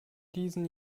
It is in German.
diesen